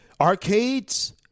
Arcades